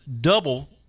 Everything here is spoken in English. double